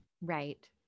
Right